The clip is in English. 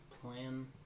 plan